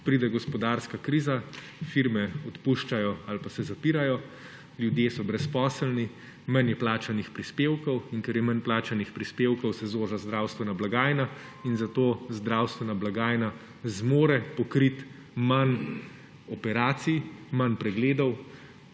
Pride gospodarska kriza, firme odpuščajo ali pa se zapirajo, ljudje so brezposelni, manj je plačanih prispevkov in ker je manj plačanih prispevkov, se zoži zdravstvena blagajna. In zato zdravstvena blagajna zmore pokriti manj operacij, manj pregledov,